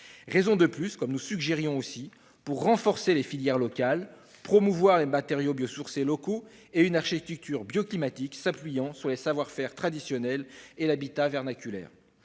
raison de plus, comme nous le suggérions également, pour renforcer les filières locales et pour promouvoir les matériaux biosourcés locaux et une architecture bioclimatique s'appuyant sur les savoir-faire traditionnels et l'habitat vernaculaire.